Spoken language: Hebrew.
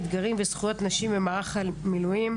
אתגרים וזכויות נשים במערך המילואים,